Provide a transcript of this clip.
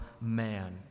man